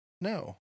no